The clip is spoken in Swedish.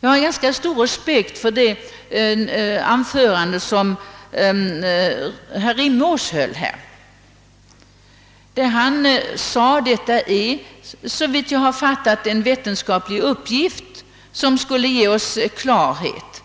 Jag uppskattar mycket herr Rimås” anförande i vilket han framhöll, att det, såvitt han förstod, var fråga om en vetenskaplig uppgift vars lösande skulle kunna ge oss klarhet.